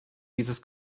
dieses